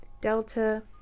delta